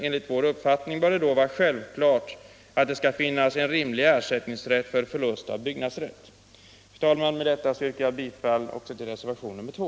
Enligt vår uppfattning bör det då vara självklart att det skall finnas en rimlig ersättningsrätt för förlust av byggnadsrätt. Fru talman! Med detta yrkar jag bifall även till reservationen 2.